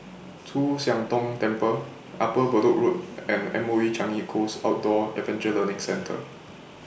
Chu Siang Tong Temple Upper Bedok Road and M O E Changi Coast Outdoor Adventure Learning Centre